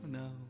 no